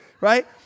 Right